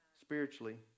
spiritually